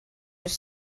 with